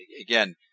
again